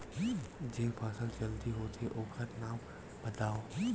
जेन फसल जल्दी होथे ओखर नाम बतावव?